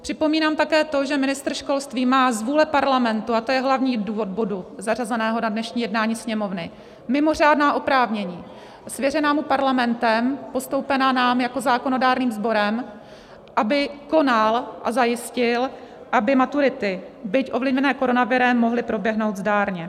Připomínám také to, že ministr školství má z vůle parlamentu, a to je hlavní důvod bodu zařazeného na dnešní jednání Sněmovny, mimořádná oprávnění svěřená mu parlamentem, postoupená nám jako zákonodárným sborem, aby konal a zajistil, aby maturity, byť ovlivněné koronavirem, mohly proběhnout zdárně.